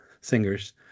singers